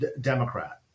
Democrat